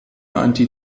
anti